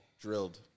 Drilled